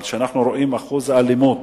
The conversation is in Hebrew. אבל כשאנחנו רואים את אחוז האלימות,